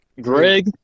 Greg